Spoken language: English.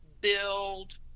build